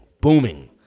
booming